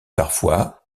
parfois